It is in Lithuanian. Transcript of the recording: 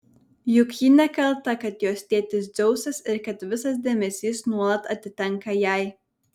juk ji nekalta kad jos tėtis dzeusas ir kad visas dėmesys nuolat atitenka jai